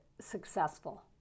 successful